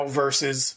versus